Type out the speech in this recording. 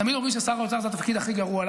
תמיד אומרים ששר האוצר זה התפקיד הכי גרוע.